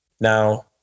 Now